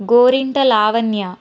Gorinta Lavanya